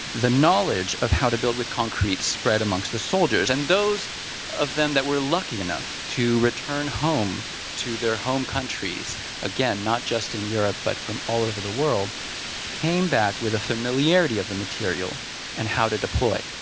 the knowledge of how to build with concrete spread amongst the soldiers. and those of them that we're lucky enough to return home to their home countries again, not just in europe, but from all over the world came back with the familiarity of the material and how to deploy